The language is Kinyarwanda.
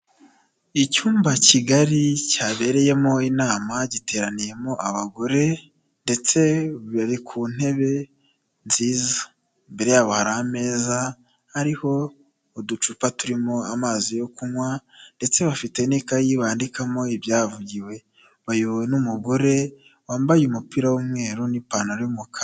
Icyumba kigali cyabereyemo inama giteraniyemo abagore ndetse bari ku ntebe nziza, imbere yabo hari ameza, hariho uducupa turimo amazi yo kunywa ndetse bafite n'ikayi bandikamo ibyavugiwe, bayobowe n'umugore wambaye umupira w'umweru n'ipantaro umukara.